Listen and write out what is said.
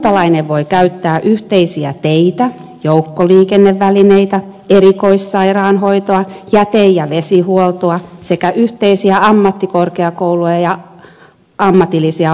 kuntalainen voi käyttää yhteisiä teitä joukkoliikennevälineitä erikoissairaanhoitoa jäte ja vesihuoltoa sekä yhteisiä ammattikorkeakouluja ja ammatillisia oppilaitoksia